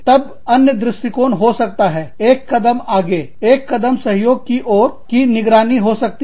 तब अन्य दृष्टिकोण हो सकता है एक कदम आगे एक कदम सहयोग की ओर की निगरानी हो सकती है